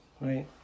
right